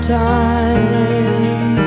time